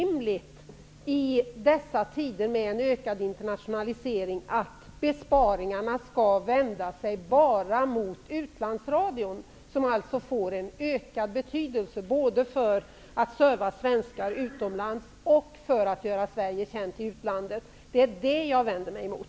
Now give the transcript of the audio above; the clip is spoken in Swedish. Men i dessa tider med en ökad internationalisering verkar det vara orimligt att besparingarna bara skall rikta sig mot utlandsradion, som får ökad betydelse både för att serva svenskar utomlands och för att göra Sverige känt i utlandet. Det är det jag vänder mig emot.